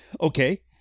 Okay